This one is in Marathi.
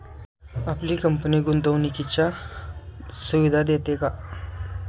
आपली कंपनी गुंतवणुकीच्या सुविधा देते का?